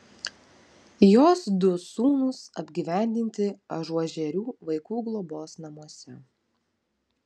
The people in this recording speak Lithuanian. jos du sūnūs apgyvendinti ažuožerių vaikų globos namuose